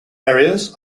areas